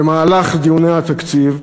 במהלך דיוני התקציב,